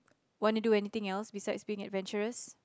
want to do anything else beside being adventurous